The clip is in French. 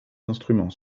instruments